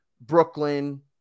Brooklyn